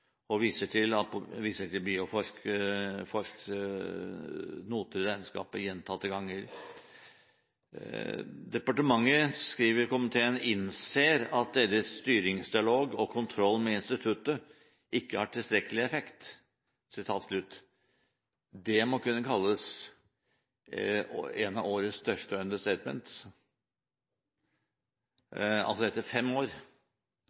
og viser til Bioforsks noter i regnskapet gjentatte ganger. Departementet, skriver komiteen, «innser at deres styringsdialog og kontroll med instituttet ikke har tilstrekkelig effekt». Det må kunne kalles et av årets største understatements. Etter fem år